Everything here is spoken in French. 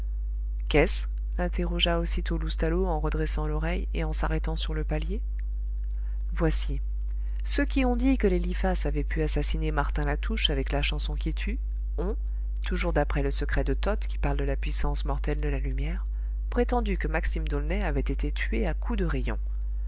qu'est-ce interrogea aussitôt loustalot en redressant l'oreille et en s'arrêtant sur le palier voici ceux qui ont dit que l'eliphas avait pu assassiner martin latouche avec la chanson qui tue ont toujours d'après le secret de toth qui parle de la puissance mortelle de la lumière prétendu que maxime d'aulnay avait été tué à coups de rayons